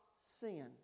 sin